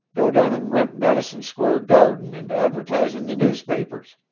go down and rent madison square garden and advertise in the newspapers.